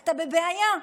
אתה בבעיה.